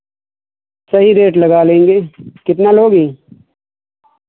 सही रेट लगा लेंगे कितना लोगी